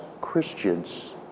Christians